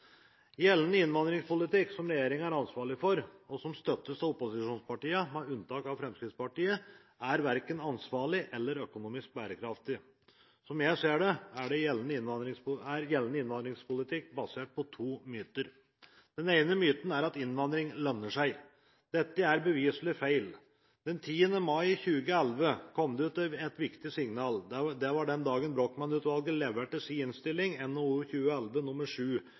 Gjeldende innvandringspolitikk, som regjeringen er ansvarlig for, og som støttes av opposisjonspartiene – med unntak av Fremskrittspartiet – er verken ansvarlig eller økonomisk bærekraftig. Som jeg ser det, er gjeldende innvandringspolitikk basert på to myter. Den ene myten er at innvandring lønner seg. Dette er beviselig feil. Den 10. mai 2011 kom det et viktig signal. Det var den dagen Brochmann-utvalget leverte sin innstilling, NOU 2011: